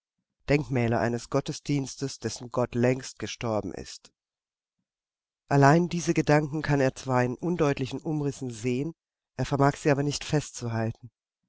denkmäler eines gottesdienstes dessen gott längst gestorben ist allein diese gedanken kann er zwar in undeutlichen umrissen sehen er vermag sie aber nicht festzuhalten